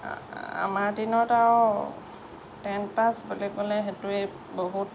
আ আমাৰ দিনত আৰু টেন পাছ বুলি ক'লেই সেইটোৱে বহুত